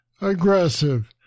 aggressive